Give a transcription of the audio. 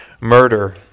murder